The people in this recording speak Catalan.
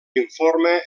informe